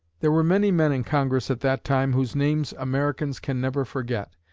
there were many men in congress at that time whose names americans can never forget.